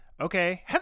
okay